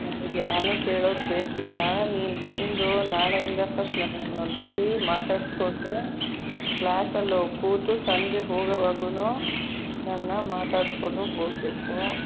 ನನಗೆ ಯಾರನ್ನೂ ಕೇಳೋದು ಬೇಕಿಲ್ಲಾ ನೀನು ಬಂದು ನಾಳೆಯಿಂದ ಫಸ್ಟ್ ನನ್ನೊಂದು ಸತೀ ಮಾತಾಡಿಸ್ಕೊಂಡು ಕ್ಲಾಸಲ್ಲಿ ಹೋಗಿ ಕೂತು ಸಂಜೆ ಹೋಗೋವಾಗೂ ನನ್ನ ಮಾತಾಡಿಸ್ಕೊಂಡ್ ಹೋಗಬೇಕು